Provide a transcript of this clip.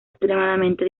extremadamente